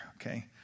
okay